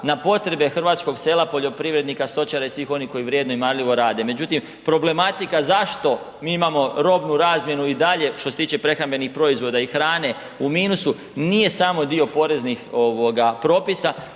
na potrebe hrvatskog sela, poljoprivrednika, stočara i svih onih koji vrijedno i marljivo rade. Međutim, problematika zašto mi imamo robnu razmjenu i dalje što se tiče prehrambenih proizvoda i hrane u minusu, nije samo dio poreznih propisa,